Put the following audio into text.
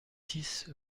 six